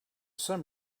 some